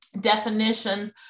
definitions